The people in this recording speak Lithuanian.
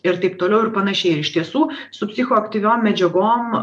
ir taip toliau ir panašiai ir iš tiesų su psichoaktyviom medžiagom